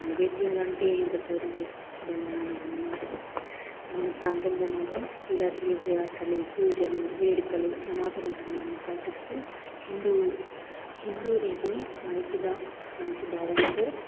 నైవేద్యలు ఉంటే ఇంకా చూడండి భలే ఆనందంగా ఉంటుంది మన ప్రాంతంలో మాత్రం ఇలా తీర్థయాత్రలు పూజలు వేడుకలు సనాతన ధర్మాన్ని పాటిస్తూ హిందూ హిందూ రీతిని మంచిగా మంచి భావంతో